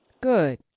Good